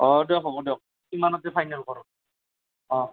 অঁ দিয়ক হ'ব দিয়ক ইমানতে ফাইনেল কৰক অহ